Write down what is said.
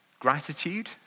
Gratitude